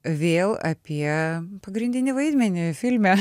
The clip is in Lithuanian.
vėl apie pagrindinį vaidmenį filme